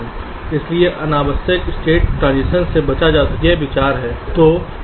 इसलिए अनावश्यक state transition से बचा जाता है यह विचार है